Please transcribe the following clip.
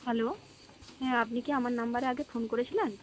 hello হ্যাঁ আপনি কি আমার নম্বরে আগে ফোন করেছিলেন